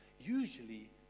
usually